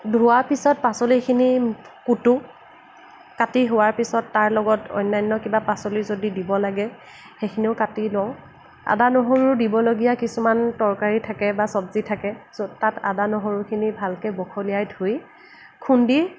ধোৱাৰ পিছত পাচলিখিনি কুটোঁ কাটি হোৱাৰ পিছত তাৰ লগত অন্যান্য কিবা পাচলি যদি দিব লাগে সেইখিনিও কাটি লওঁ আদা নহৰু দিবলগীয়া কিছুমান তৰকাৰি থাকে বা চবজি থাকে তাত আদা নহৰুখিনি ভালকৈ বখলিয়াই ধুই খুন্দি